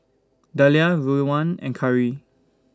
Dahlia Rowan and Kari